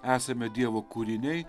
esame dievo kūriniai